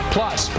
Plus